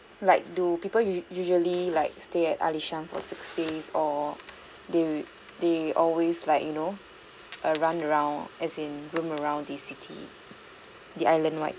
like do people usu~ usually like stay at alishan for six days or they will they always like you know run around as in roam around the city the islandwide